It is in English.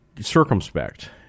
circumspect